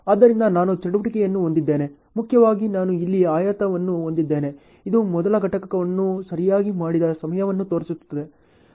ಆದ್ದರಿಂದ ನಾನು ಚಟುವಟಿಕೆಯನ್ನು ಹೊಂದಿದ್ದೇನೆ ಮುಖ್ಯವಾಗಿ ನಾನು ಇಲ್ಲಿ ಆಯತವನ್ನು ಹೊಂದಿದ್ದೇನೆ ಇದು ಮೊದಲ ಘಟಕವನ್ನು ಸರಿಯಾಗಿ ಮಾಡಿದ ಸಮಯವನ್ನು ತೋರಿಸುತ್ತದೆ